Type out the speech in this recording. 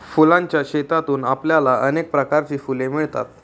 फुलांच्या शेतातून आपल्याला अनेक प्रकारची फुले मिळतील